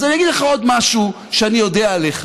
אז אני אגיד לך עוד משהו שאני יודע עליך: